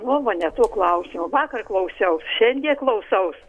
nuomonę tuo klausimu vakar klausiaus šiandie klausaus